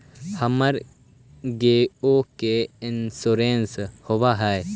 हमर गेयो के इंश्योरेंस होव है?